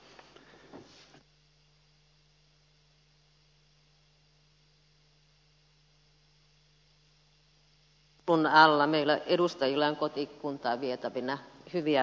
on hyvä että näin joulun alla meillä edustajilla on kotikuntaan vietävinä hyviä uutisia